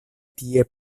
tie